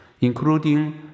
including